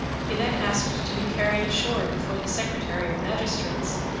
he then asked to be carried ashore before the secretary or magistrates,